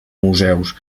museus